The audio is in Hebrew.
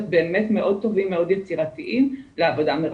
מאוד טובים ומאוד יצירתיים לעבודה מרחוק.